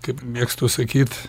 kaip mėgstu sakyt